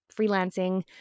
freelancing